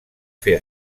fer